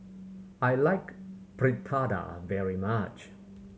I like Fritada very much